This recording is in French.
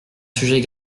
sujet